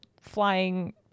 flying